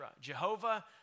Jehovah